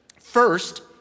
First